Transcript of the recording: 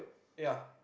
ya